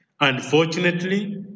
Unfortunately